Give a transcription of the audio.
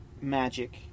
magic